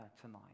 tonight